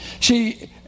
See